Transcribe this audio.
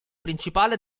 principale